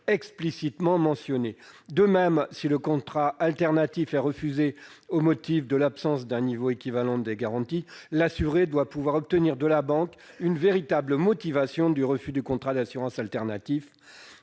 explicitement mentionnés. De même, si le contrat alternatif est refusé au motif de l'absence d'un niveau équivalent de garanties, l'assuré doit pouvoir obtenir de la banque une véritable motivation du refus du contrat d'assurance alternatif.